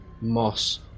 moss